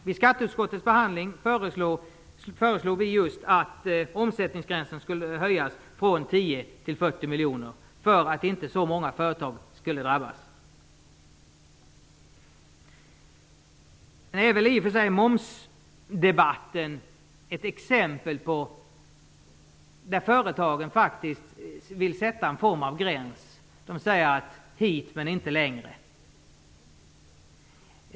Vid skatteutskottets behandling föreslog vi just att omsättningsgränsen skulle höjas från 10 miljoner till 40 miljoner för att inte så många företag skulle drabbas. Nu är väl i och för sig momsdebatten ett exempel på att företagen vill sätta någon form av gräns. De säger: Hit men inte längre.